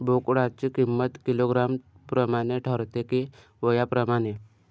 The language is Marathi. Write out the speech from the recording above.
बोकडाची किंमत किलोग्रॅम प्रमाणे ठरते कि वयाप्रमाणे?